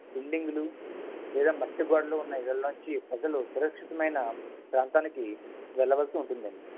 బిల్డింగులు లేదా మట్టి గోడలు ఉన్న ఇళ్లలో నుంచి సురక్షితమైన ప్రాంతానికి వెళ్లవలిసి ఉంటుందండి